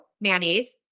mayonnaise